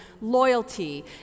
loyalty